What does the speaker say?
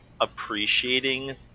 appreciating